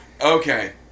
Okay